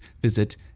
visit